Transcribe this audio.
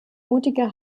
mutige